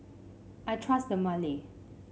I trust Dermale